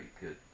good